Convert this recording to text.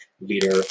leader